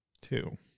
Two